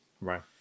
Right